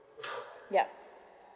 yup